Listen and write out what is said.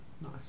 nice